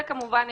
וכמובן,